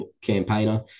campaigner